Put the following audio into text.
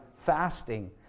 fasting